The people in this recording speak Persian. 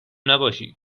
نباشی